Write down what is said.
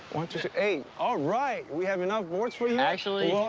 one, two eight. all right, we have enough boards for you. actually, yeah